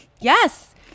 Yes